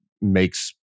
makes